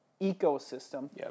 ecosystem